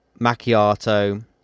macchiato